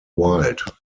wild